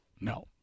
No